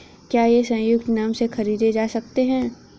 क्या ये संयुक्त नाम से खरीदे जा सकते हैं?